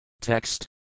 Text